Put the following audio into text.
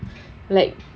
like